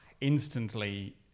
instantly